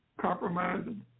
compromising